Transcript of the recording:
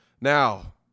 Now